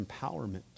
empowerment